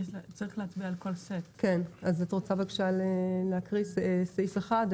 אנחנו ניכנס להצבעה